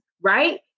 right